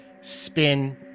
spin